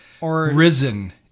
risen